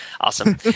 Awesome